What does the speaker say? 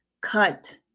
cut